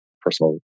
personal